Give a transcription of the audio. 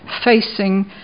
facing